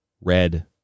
Red